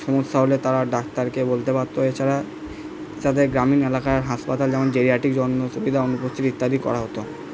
সমস্যা হলে তারা ডাক্তারকে বলতে পারতো এ ছাড়া তাদের গ্রামীণ এলাকায় হাসপাতাল যেমন ইত্যাদি করা হতো